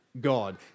God